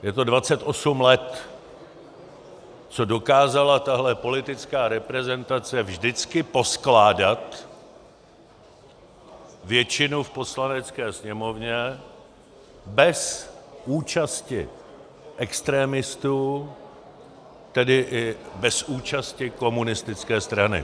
Je to 28 let, co dokázala tahle politická reprezentace vždycky poskládat většinu v Poslanecké sněmovně bez účasti extremistů, tedy i bez účasti komunistické strany.